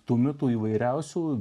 tų mitų įvairiausių